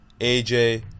AJ